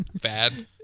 bad